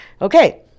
Okay